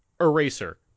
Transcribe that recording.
Eraser